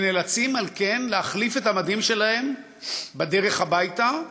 שנאלצים, על כן, להחליף את המדים שלהם בדרך הביתה,